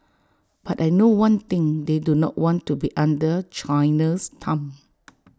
but I know one thing they do not want to be under China's thumb